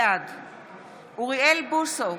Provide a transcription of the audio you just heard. בעד אוריאל בוסו,